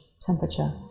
temperature